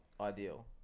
ideal